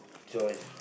chores